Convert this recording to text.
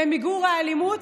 למיגור האלימות,